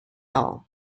all